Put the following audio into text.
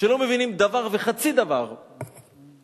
שלא מבינים דבר וחצי דבר בהיסטוריה,